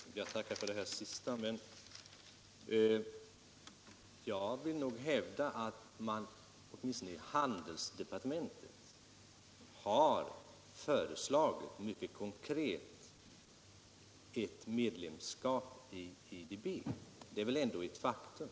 Herr talman! Jag tackar för detta tillägg till svaret på min fråga. Om åtgärder för att Jag vill nog hävda att man, åtminstone i handelsdepartementet, mycket — förhindra att konkret har föreslagit ett medlemskap i IDB. Detta är väl ändå ett faktum.